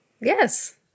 Yes